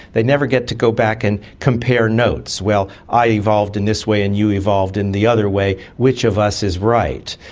they never get to go back and compare notes well, i evolved in this way and you evolved in the other way, which of us is right?